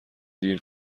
دیر